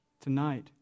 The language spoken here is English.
Tonight